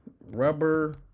rubber